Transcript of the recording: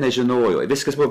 nežinojo viskas buvo